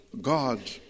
God